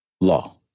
law